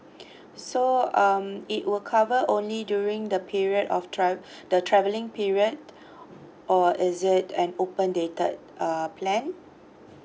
okay so um it will cover only during the period of travel the travelling period or is it an open dated uh plan